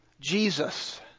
Jesus